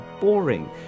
boring